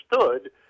understood